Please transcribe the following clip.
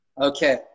Okay